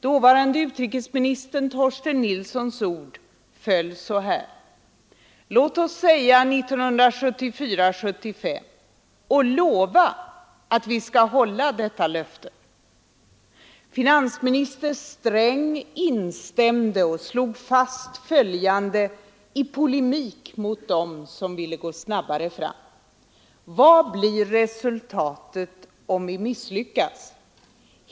Dåvarande utrikesministern Torsten Nilssons ord föll så här: ”Låt oss säga 1974/75 och lova att vi skall hålla detta löfte.” Finansminister Sträng instämde och slog fast följande i polemik mot dem som ville gå snabbare fram: ”Vad blir resultatet om vi misslyckas?